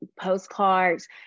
postcards